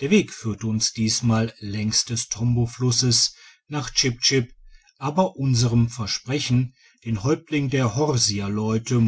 der weg führte uns diesmal längs des tomboflusses nach chip chip aber unserem versprechen den häuptling der horsiaieute